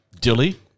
Dilly